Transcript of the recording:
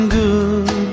good